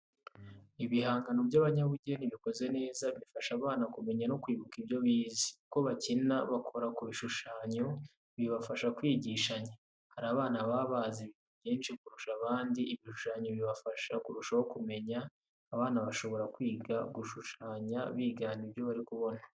Ibihangano by'abanyabugeni bikoze neza, bifasha abana kumenya no kwibuka ibyo bize, uko bakina bakora ku bishushanyo, bibafasha kwigishanya. Hari abana baba bazi ibintu byinshi kurusha abandi, ibishushanyo bibafasha kurushaho kumenya. Abana bashobora kwiga gushushanya bigana ibyo bari kubona.